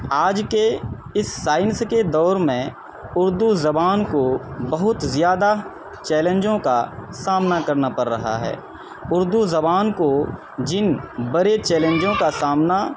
آج کے اس سائنس کے دور میں اردو زبان کو بہت زیادہ چیلینجوں کا سامنا کرنا پڑ رہا ہے اردو زبان کو جن بڑے چیلینجوں کا سامنا